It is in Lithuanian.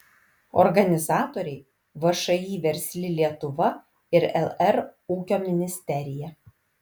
organizatoriai všį versli lietuva ir lr ūkio ministerija